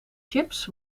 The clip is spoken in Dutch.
chips